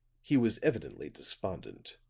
he was evidently despondent.